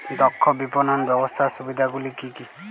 দক্ষ বিপণন ব্যবস্থার সুবিধাগুলি কি কি?